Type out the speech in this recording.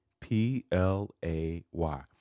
P-L-A-Y